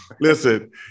listen